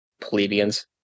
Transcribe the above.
Plebeians